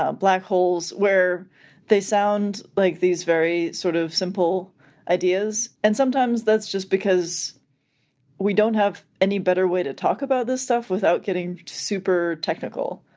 ah black holes, where they sound like these very sort of simple ideas and sometimes that's just because we don't have any better way to talk about this stuff without getting super technical.